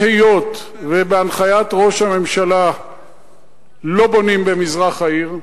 והיות שבהנחיית ראש הממשלה לא בונים במזרח העיר,